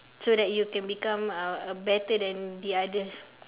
so that you can become a better than the others